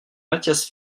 matthias